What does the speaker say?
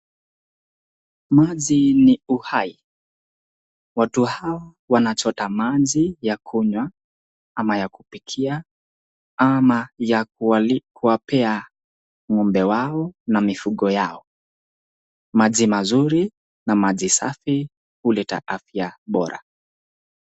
Maji ni uhai. Watu hawa wanachota maji ya kunywa ama ya kupikia ama ya kuwapea ng'ombe wao na mifugo yao. Maji mazuri na maji safi huleta afya bora.